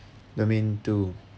domain two